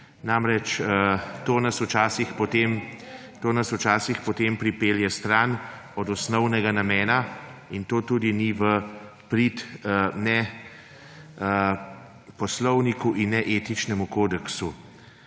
replik. To nas včasih potem pripelje stran od osnovnega namena, kar ni v prid ne poslovniku in ne etičnemu kodeksu.